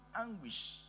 anguish